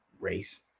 race